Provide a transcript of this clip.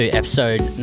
episode